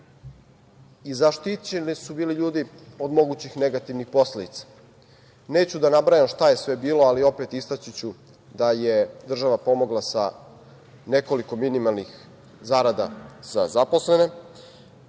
zaštićeni od mogućih negativnih posledica. Neću da nabrajam šta je sve bilo, ali, opet, istaći ću da je država pomogla sa nekoliko minimalnih zarada za zaposlene,